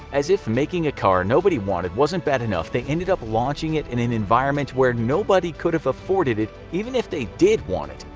as if making a car nobody wanted wasn't bad enough, they ended up launching it in an environment where nobody could have afforded it even if they did want it.